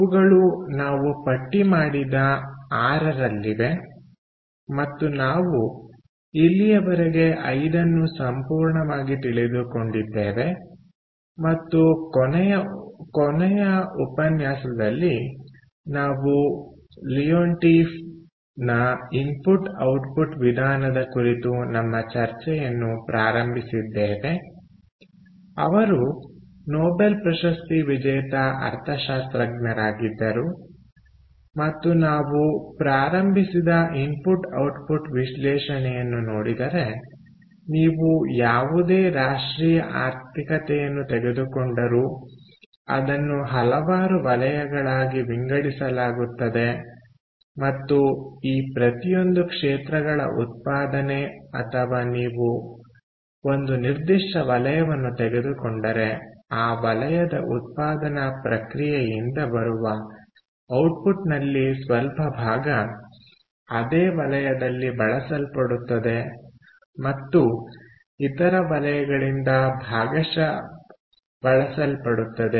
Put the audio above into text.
ಇವುಗಳು ನಾವು ಪಟ್ಟಿ ಮಾಡಿದ 6 ರಲ್ಲಿವೆ ಮತ್ತು ನಾವು ಇಲ್ಲಿಯವರೆಗೆ 5 ಅನ್ನು ಸಂಪೂರ್ಣವಾಗಿ ತಿಳಿದುಕೊಂಡಿದ್ದೇವೆ ಮತ್ತು ಕೊನೆಯ ಉಪನ್ಯಾಸದಲ್ಲಿ ನಾವು ಲಿಯೊಂಟೀಫ್ನ ಇನ್ಪುಟ್ ಔಟ್ಪುಟ್ ವಿಧಾನದ ಕುರಿತು ನಮ್ಮ ಚರ್ಚೆಯನ್ನು ಪ್ರಾರಂಭಿಸಿದ್ದೇವೆ ಅವರು ನೊಬೆಲ್ ಪ್ರಶಸ್ತಿ ವಿಜೇತ ಅರ್ಥಶಾಸ್ತ್ರಜ್ಞ ರಾಗಿದ್ದರು ಮತ್ತು ನಾವು ಪ್ರಾರಂಭಿಸಿದ ಇನ್ಪುಟ್ ಔಟ್ಪುಟ್ ವಿಶ್ಲೇಷಣೆಯನ್ನು ನೋಡಿದರೆ ನೀವು ಯಾವುದೇ ರಾಷ್ಟ್ರೀಯ ಆರ್ಥಿಕತೆಯನ್ನು ತೆಗೆದುಕೊಂಡರೂ ಅದನ್ನು ಹಲವಾರು ವಲಯಗಳಾಗಿ ವಿಂಗಡಿಸಲಾಗುತ್ತದೆ ಮತ್ತು ಈ ಪ್ರತಿಯೊಂದು ಕ್ಷೇತ್ರಗಳ ಉತ್ಪಾದನೆ ಅಥವಾ ನೀವು ಒಂದು ನಿರ್ದಿಷ್ಟ ವಲಯವನ್ನು ತೆಗೆದುಕೊಂಡರೆ ಆ ವಲಯದ ಉತ್ಪಾದನಾ ಪ್ರಕ್ರಿಯೆಯಿಂದ ಬರುವ ಔಟ್ಪುಟ್ನಲ್ಲಿ ಸ್ವಲ್ಪಭಾಗ ಅದೇ ವಲಯದಲ್ಲಿ ಬಳಸಲ್ಪಡುತ್ತದೆ ಮತ್ತು ಇತರ ವಲಯಗಳಿಂದ ಭಾಗಶಃ ಬಳಸಲ್ಪಡುತ್ತದೆ